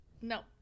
No